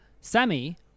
Sammy